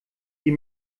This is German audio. die